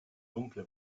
dunkle